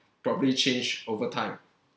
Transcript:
probably change over time